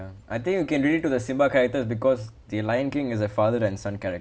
I think you can relate to the simba character because the lion king is a father and son character